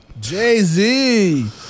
Jay-Z